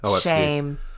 shame